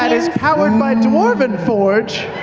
and is powered by dwarven forge.